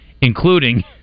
including